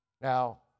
Now